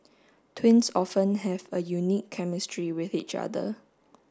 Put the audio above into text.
twins often have a unique chemistry with each other